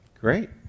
Great